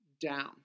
down